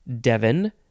Devon